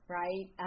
right